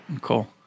Cool